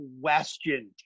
question